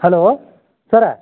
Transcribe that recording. hello sir